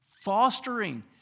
fostering